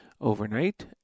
overnight